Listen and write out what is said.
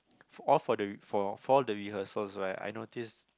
all for the r~ for the rehearsals right I noticed